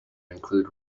include